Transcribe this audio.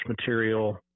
material